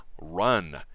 run